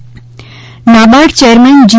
ત NABARD chairman જી